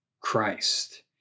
Christ